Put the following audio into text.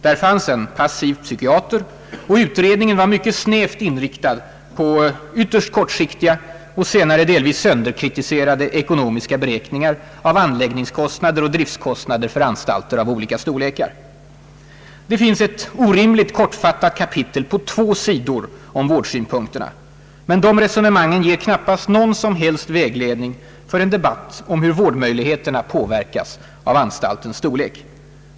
Där fanns en passiv psykiater, och utredningen var mycket snävt inriktad på ytterst kortsiktiga och senare delvis sönderkritiserade ekonomiska beräkningar av anläggningskostnader och driftkostnader för anstalter av olika storlekar. Det finns eti orimligt kortfattat kapitel på två sidor om vårdsynpunkterna, men de resonemangen ger knappast någon som helst vägledning för en debatt om hur vårdmöjligheterna påverkas av anstaltens storlek.